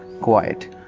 Quiet